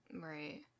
Right